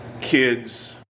kids